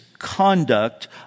Conduct